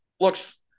looks